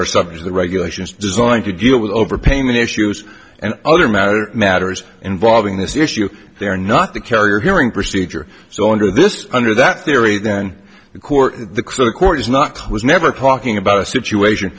of the regulations designed to deal with overpayment issues and other matters matters involving this issue they are not the carrier hearing procedure so under this under that theory then the court the court is not close never talking about a situation